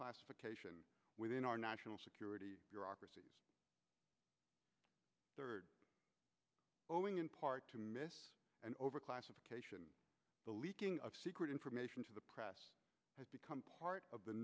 classification within our national security third owing in part and overclassification the leaking of secret information to the press has become part of the